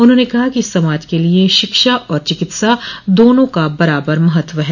उन्होंने कहा कि समाज के लिए शिक्षा और चिकित्सा दोनों का बराबर महत्व है